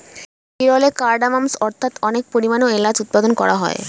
কেরলে কার্ডমমস্ অর্থাৎ অনেক পরিমাণে এলাচ উৎপাদন করা হয়